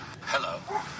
Hello